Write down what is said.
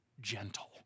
gentle